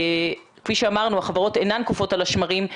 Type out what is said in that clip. כפי שאמרנו, החברות אינן קופאות על השמרים.